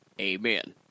Amen